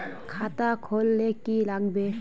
खाता खोल ले की लागबे?